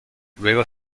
luego